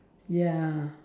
ya